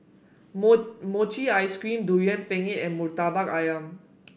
Mochi Ice Cream Durian Pengat and Murtabak ayam